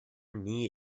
knee